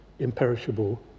imperishable